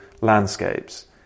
landscapes